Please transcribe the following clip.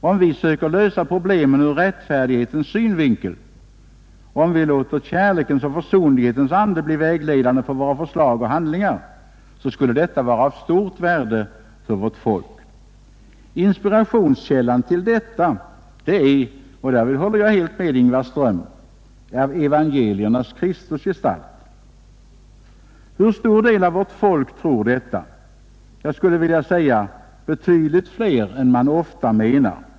Om vi försöker lösa problemen ur rättfärdighetens synvinkel, om vi låter kärlekens och försonlighetens ande bli vägledande för våra förslag och handlingar, skulle detta vara av stort värde för vårt folk. Inspirationskällan till detta är — och därvid håller jag helt med Ingmar Ström — evangeliernas Kristusgestalt. Hur stor del av vårt folk tror detta? Jag skulle vilja säga: betydligt fler än man ofta menar.